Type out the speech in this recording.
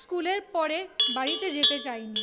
স্কুলের পরে বাড়িতে যেতে চাইনি